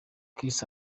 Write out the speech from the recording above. kiss